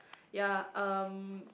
ya um